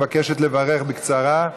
מבקשת לברך בקצרה.